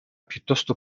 piuttosto